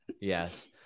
Yes